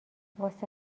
واسه